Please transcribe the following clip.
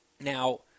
Now